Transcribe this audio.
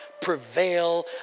prevail